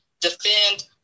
defend